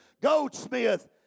goldsmith